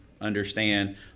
understand